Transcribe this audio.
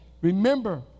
remember